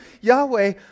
Yahweh